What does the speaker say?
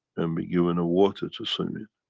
and be given a water to swim in.